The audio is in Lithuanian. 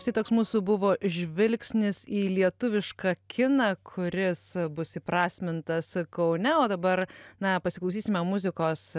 šitoks mūsų buvo žvilgsnis į lietuvišką kiną kuris bus įprasmintas kaune o dabar na pasiklausysime muzikos